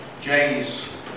James